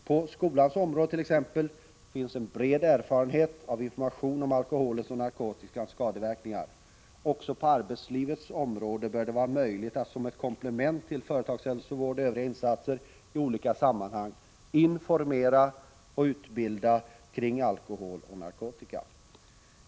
Inom t.ex. skolans område finns en bred erfarenhet av information om alkoholens och narkotikans skadeverkningar. Också inom arbetslivet bör det vara möjligt att som ett komplement till företagshälsovård och övriga insatser informera och utbilda kring alkohol och narkotika.